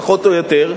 פחות או יותר,